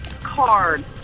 card